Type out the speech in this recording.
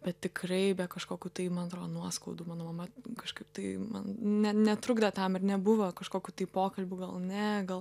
bet tikrai be kažkokių tai man atrodo nuoskaudų mano mama kažkaip tai man ne netrukdė tam ir nebuvo kažkokių tai pokalbių gal ne gal